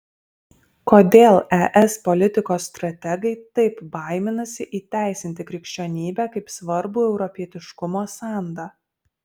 kodėl es politikos strategai taip baiminasi įteisinti krikščionybę kaip svarbų europietiškumo sandą